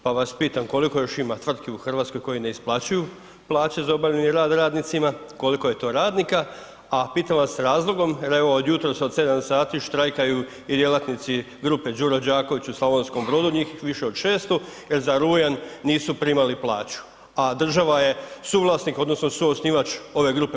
Pa vas pitam koliko još ima tvrtki u Hrvatskoj koje ne isplaćuju plaće za obavljeni rad radnicima, koliko je to radnika a pitam vas s razlogom jer evo od jutros od 7h štrajkaju i djelatnici grupe Đuro Đaković u Slavonskom Brodu, njih više od 600 jer za rujan nisu primali plaću a država je suvlasnik odnosno suosnivač ove grupe.